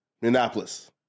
Minneapolis